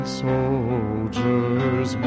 soldiers